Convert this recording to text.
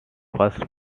first